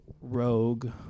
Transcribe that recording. Rogue